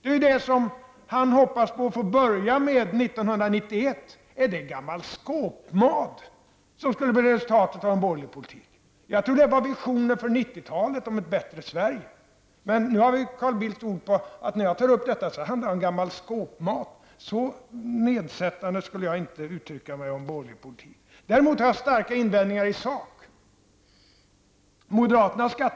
Det är ju det som Carl Bildt hoppas på att få börja med 1991! Är det gammal skåpmat som skulle bli resultatet av en borgerlig politik? Jag trodde det var visioner för 1990-talet om ett bättre Sverige. Men när jag tar upp detta så handlar det om gammal skåpmat -- det har vi nu Carl Bildts ord på! Så nedsättande skulle jag inte uttrycka mig om borgerlig politik. Däremot har jag starka invändningar i sak.